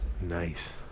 Nice